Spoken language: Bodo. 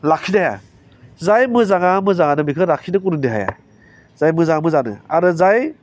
लाखिनो हाया जाय मोजांआ मोजांआनो बेखौ लाखिनो गुरिनो हाया जाय मोजांआ मोजांआनो आरो जाय